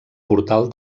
portal